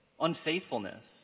unfaithfulness